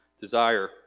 desire